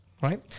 right